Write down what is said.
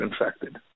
infected